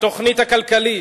התוכנית הכלכלית,